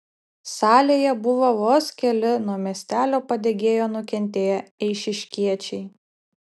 salėje buvo vos keli nuo miestelio padegėjo nukentėję eišiškiečiai